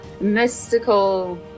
mystical